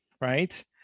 right